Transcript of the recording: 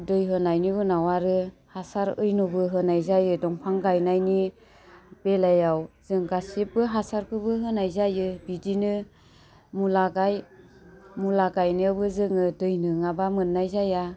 दै होनायनि उनाव आरो हासार ओइ नबो होनाय जायो दंफां गाइनायनि बेलायाव जों गासिबो हासारखौबो होनाय जायो बिदिनो मुला गाइ मुला गाइनायावबो जोङो दै नङाबा मोन्नाय जाया